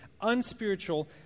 unspiritual